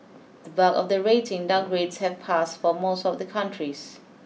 the bulk of the rating downgrades have passed for most of the countries